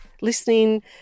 listening